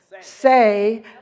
say